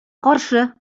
каршы